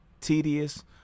tedious